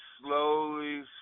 slowly